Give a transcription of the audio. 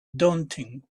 daunting